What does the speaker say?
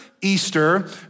Easter